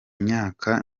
myaka